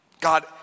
God